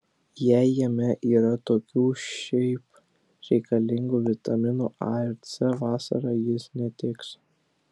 jei jame yra tokių šiaip reikalingų vitaminų a ir c vasarą jis netiks